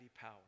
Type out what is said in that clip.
power